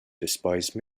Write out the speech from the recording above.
despise